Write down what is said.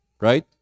right